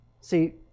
See